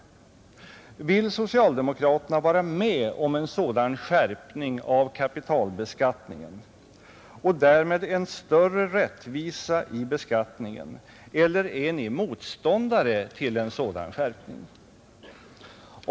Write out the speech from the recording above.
Vill socialdemokraterna vara med om en sådan skärpning av kapitalbeskattningen och därmed en större rättvisa i beskattningen, eller är ni motståndare till en sådan skärpning?